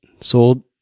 sold